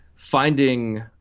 Finding